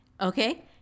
okay